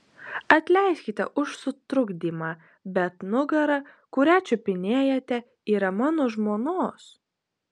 atleiskite už sutrukdymą bet nugara kurią čiupinėjate yra mano žmonos